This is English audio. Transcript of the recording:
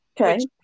Okay